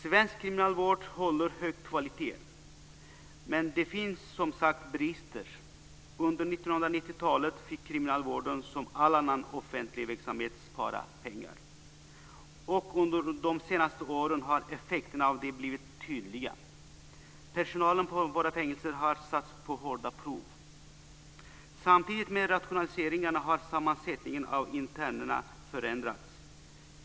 Svensk kriminalvård håller hög kvalitet, men det finns som sagt brister. Under 1990-talet fick kriminalvården som all annan offentlig verksamhet spara pengar. Under de senaste åren har effekterna av det blivit tydliga. Personalen på våra fängelser har satts på hårda prov. Samtidigt med rationaliseringarna har sammansättningen av gruppen interner förändrats.